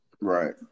Right